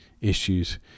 issues